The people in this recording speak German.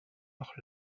noch